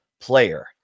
player